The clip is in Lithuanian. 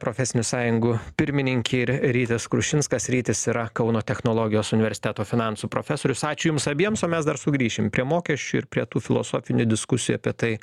profesinių sąjungų pirmininkė ir rytis krušinskas rytis yra kauno technologijos universiteto finansų profesorius ačiū jums abiems o mes dar sugrįšim prie mokesčių ir prie tų filosofinių diskusijų apie tai